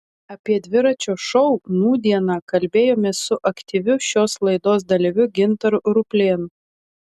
apie dviračio šou nūdieną kalbėjomės su aktyviu šios laidos dalyviu gintaru ruplėnu